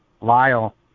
Lyle